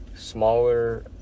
Smaller